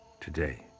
today